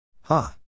Ha